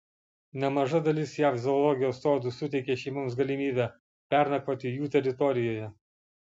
nemaža dalis jav zoologijos sodų suteikia šeimoms galimybę pernakvoti jų teritorijoje